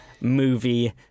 Movie